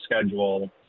schedule